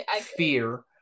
fear